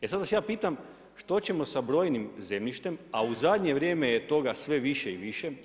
E sada vas ja pitam, što ćemo sa brojnim zemljištem, a u zadnje vrijeme je toga sve više i više.